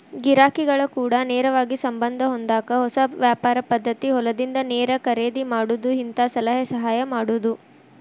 ಗಿರಾಕಿಗಳ ಕೂಡ ನೇರವಾಗಿ ಸಂಬಂದ ಹೊಂದಾಕ ಹೊಸ ವ್ಯಾಪಾರ ಪದ್ದತಿ ಹೊಲದಿಂದ ನೇರ ಖರೇದಿ ಮಾಡುದು ಹಿಂತಾ ಸಲಹೆ ಸಹಾಯ ಮಾಡುದು